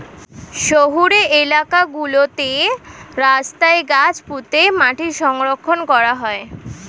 শহুরে এলাকা গুলোতে রাস্তায় গাছ পুঁতে মাটি সংরক্ষণ করা হয়